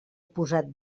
posat